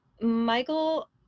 michael